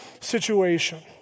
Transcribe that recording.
situation